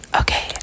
okay